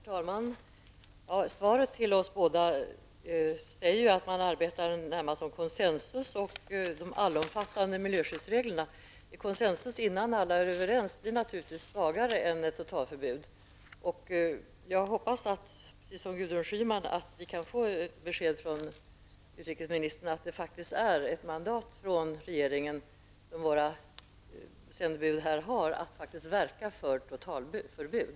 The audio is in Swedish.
Herr talman! Svaret till oss båda säger att man närmast arbetar för consensus om de allomfattande miljöskyddsreglerna. Ett consensus innan alla är överens blir naturligtvis svagare än ett totalförbud. Jag hoppas, precis som Gudrun Schyman, att vi kan få ett besked från utrikesministern att våra sändebud har mandat från regeringen att verka för ett totalförbud.